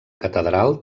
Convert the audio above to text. catedral